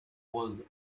was